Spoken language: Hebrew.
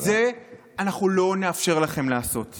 את זה אנחנו לא נאפשר לכם לעשות.